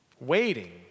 waiting